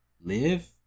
Live